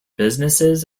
business